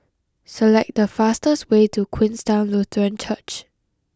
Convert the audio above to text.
select the fastest way to Queenstown Lutheran Church